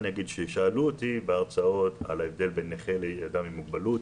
כששאלו אותי בהרצאות על ההבדל בין נכה לאדם עם מוגבלות,